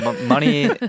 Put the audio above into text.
Money